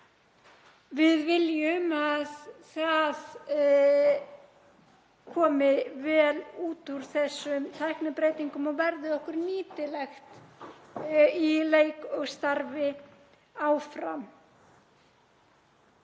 Við viljum að það komi vel út úr þessum tæknibreytingum og verði okkur áfram nýtilegt í leik og starfi.